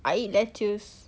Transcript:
I eat lettuce